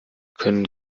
können